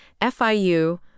FIU